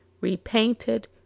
repainted